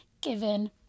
given